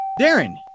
Darren